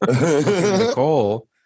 Nicole